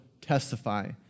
testify